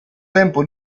tempo